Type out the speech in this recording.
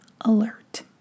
alert